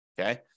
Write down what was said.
Okay